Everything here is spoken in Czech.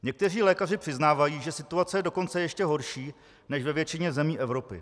Někteří lékaři přiznávají, že situace je dokonce ještě horší než ve většině zemí Evropy.